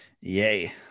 yay